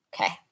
Okay